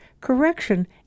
correction